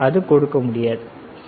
அது கொடுக்க முடியாது சரி